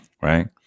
right